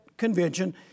Convention